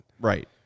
Right